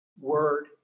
word